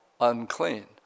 unclean